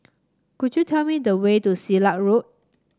could you tell me the way to Silat Road